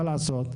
מה לעשות?